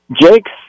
Jake's